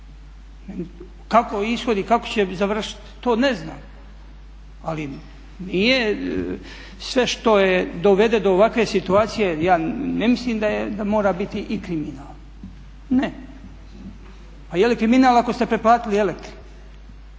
Kako ishodi, kako će završiti? To ne znam. Ali sve što dovede do ovakve situacije ja ne mislim da mora biti i kriminalno, ne. Pa jeli kriminal ako ste preplatili Elektri?